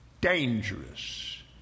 dangerous